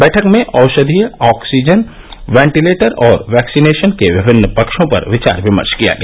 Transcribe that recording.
बैठक में औषधीय आक्सीजन वेलीटेर और वैक्सीनेशन के विभिन्न पक्षो पर विचार विमर्श किया गया